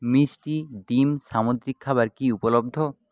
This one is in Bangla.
মিষ্টি ডিম সামুদ্রিক খাবার কি উপলব্ধ